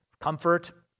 comfort